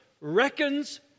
reckons